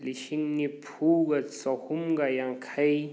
ꯂꯤꯁꯤꯡ ꯅꯤꯐꯨꯒ ꯆꯍꯨꯝꯒ ꯌꯥꯡꯈꯩ